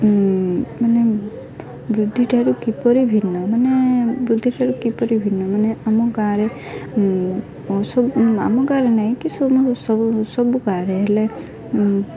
ମାନେ ବୃଦ୍ଧିଠାରୁ କିପରି ଭିନ୍ନ ମାନେ ବୃଦ୍ଧିଠାରୁ କିପରି ଭିନ୍ନ ମାନେ ଆମ ଗାଁରେ ସବୁ ଆମ ଗାଁରେ ନାହିଁ କି ସବୁ ସବୁ ଗାଁରେ ହେଲେ